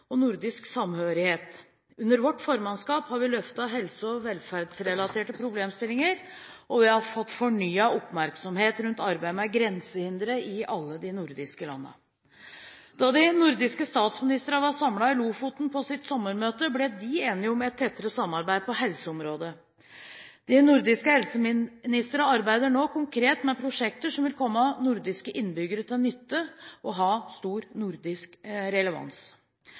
og nordisk samhørighet. Under vårt formannskap har vi løftet helse- og velferdsrelaterte problemstillinger, og vi har fått fornyet oppmerksomhet rundt arbeidet med grensehindre i alle de nordiske landene. Da de nordiske statsministerne var samlet i Lofoten på sitt sommermøte, ble de enige om et tettere samarbeid på helseområdet. De nordiske helseministerne arbeider nå konkret med prosjekter som vil komme nordiske innbyggere til nytte, og ha stor nordisk relevans.